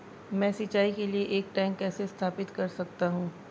मैं सिंचाई के लिए एक टैंक कैसे स्थापित कर सकता हूँ?